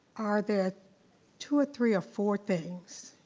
are there two or three or four things